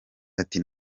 ati